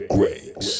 Grace